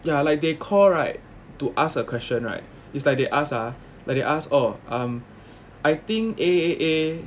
ya like they call right to ask a question right it's like they ask ah llike they ask orh um I think A A A